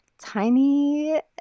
tiny